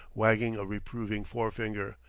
wagging a reproving forefinger.